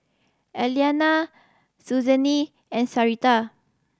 Elianna Suzanne and Sarita